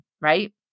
right